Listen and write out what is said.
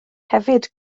hefyd